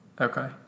Okay